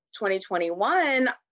2021